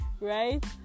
Right